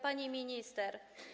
Pani Minister!